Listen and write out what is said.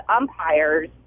umpires